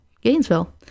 Gainesville